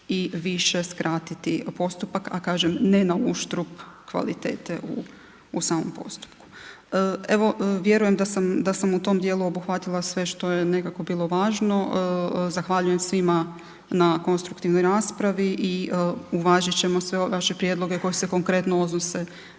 i više skratiti postupak a kažem ne na uštrb kvalitete u samom postupku. Evo vjerujem da sam u tom dijelu obuhvatila sve što je nekako bilo važno, zahvaljujem svima na konstruktivnoj raspravi i uvažiti ćemo sve ove vaše prijedloge koji se konkretno odnose